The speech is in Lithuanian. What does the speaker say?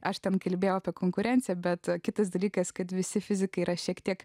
aš ten kalbėjau apie konkurenciją bet kitas dalykas kad visi fizikai yra šiek tiek